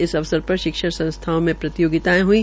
इस अवसर पर शिक्षण संस्थाओं में प्रतियोगितायें हुई